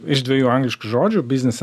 iš dviejų angliškų žodžių biznis